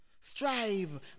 strive